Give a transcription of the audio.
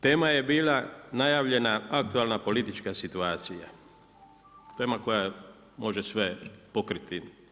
Tema je bila najavljena aktualna politička situacija, gema koja može sve pokriti.